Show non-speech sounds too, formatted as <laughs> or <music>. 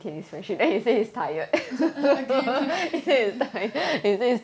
<laughs> again